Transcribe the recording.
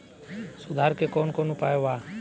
सुधार के कौन कौन उपाय वा?